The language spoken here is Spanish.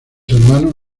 hermanos